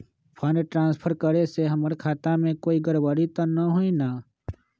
Fund transfer करे से हमर खाता में कोई गड़बड़ी त न होई न?